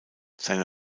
seine